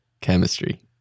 chemistry